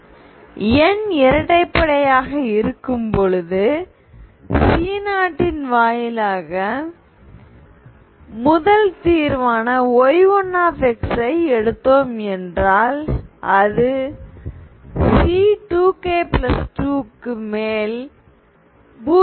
n இரட்டைப்படை ஆக இருக்கும்போது C0 ன் வாயிலாக முதல் தீர்வான y1 எடுத்தோம் என்றால் அது C2k2 க்கு மேல் 0 ஆக இருக்கும்